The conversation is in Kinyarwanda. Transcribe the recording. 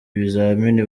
ibizamini